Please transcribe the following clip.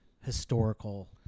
historical